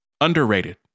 Underrated